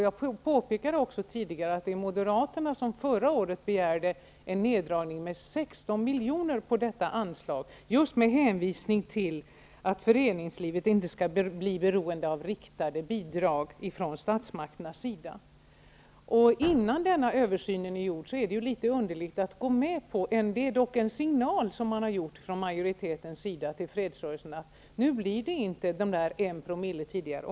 Jag påpekade också tidigare att Moderaterna förra året begärde en neddragning med 16 miljoner på detta anslag, just med hänsvisning till att föreningslivet inte skall bli beroende av riktade bidrag ifrån statsmakternas sida. Innan översynen är gjord är det litet underligt att gå med på detta. Det är dock en signal som man från majoritetens sida har gjort till fredsrörelserna att det inte längre är fråga om en promille.